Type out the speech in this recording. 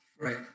right